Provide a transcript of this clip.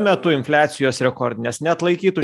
metu infliacijos rekordinės neatlaikytų